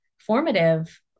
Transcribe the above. formative